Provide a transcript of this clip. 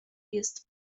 jest